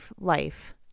life